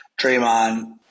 Draymond